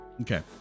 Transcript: Okay